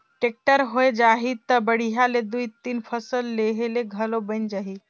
tractor होए जाही त बड़िहा ले दुइ तीन फसल लेहे ले घलो बइन जाही